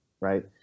right